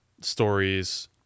stories